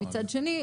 ומצד שני,